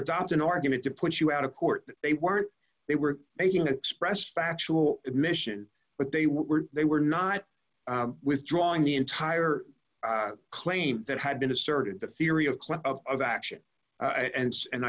adopt an argument to push you out of court they weren't they were making express factual admission but they were they were not withdrawing the entire claim that had been asserted the theory of club of of action at ends and